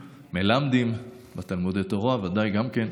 מלמדים בתלמודי תורה ודאי גם כן.